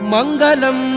Mangalam